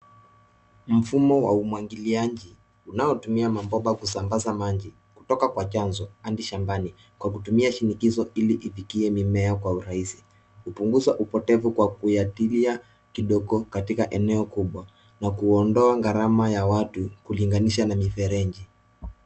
Mfumo wa umwagiliaji, unaotumia mabomba kusambaza maji, kutoka kwa chanzo hadi shambani kwa kutumia shinikizo ili ifikie mimea kwa urahisi. Hupunguza upotevu kwa kuyatilia kidogo katika eneo kubwa na kuondoa gharama ya watu kulinganisha na mifereji.